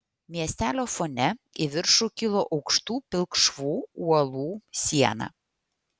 miestelio fone į viršų kilo aukštų pilkšvų uolų siena